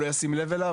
הוא לא ישים לב לזה.